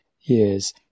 years